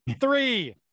Three